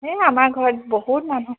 এই আমাৰ ঘৰত বহুত মানুহ